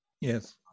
yes